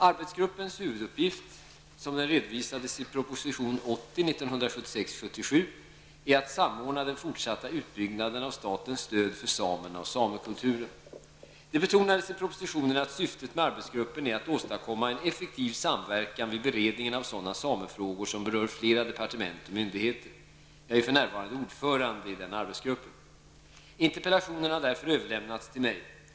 Arbetsgruppens huvuduppgift -- som den redovisades i proposition 1976/77:80 -- är att samordna den fortsatta utbyggnaden av statens stöd för samerna och samekulturen. Det betonades i propositionen att syftet med arbetsgruppen är att åstadkomma en effektiv samverkan vid beredningen av sådana samefrågor som berör flera departement och myndigheter. Jag är för närvarande ordförande i arbetsgruppen. Interpellationen har därför överlämnats till mig.